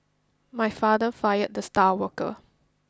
my father fired the star worker